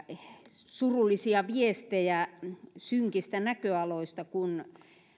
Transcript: surullisia viestejä synkistä näköaloista kun